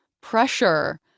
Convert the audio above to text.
pressure